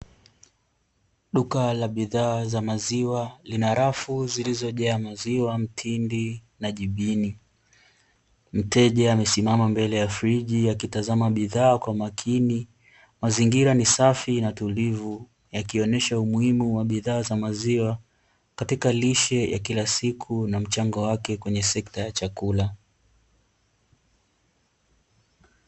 Duka la bidhaa za maziwa lina rafu zilizojaa maziwa, mtindi na jibini. Mteja amesimama mbele ya friji akitazama bidhaa kwa makini. Mazingira ni safi na tulivu yakionyesha umuhimu wa bidhaa za maziwa katika lishe ya kila siku na mchango wake kwenye sekta ya chakula.